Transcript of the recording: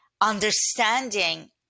understanding